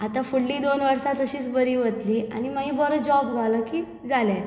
आतां फुडलीं दोन वर्सां तशींच बरीं वतलीं आनी मागीर बरो जॉब गावलो की जालें